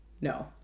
No